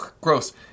gross